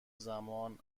زمان